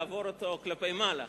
לעבור אותו כלפי מעלה.